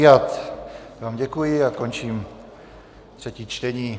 Já vám děkuji a končím třetí čtení.